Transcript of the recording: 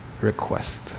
request